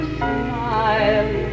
smile